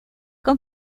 con